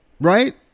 right